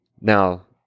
Now